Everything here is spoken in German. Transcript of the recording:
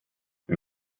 wir